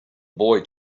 boy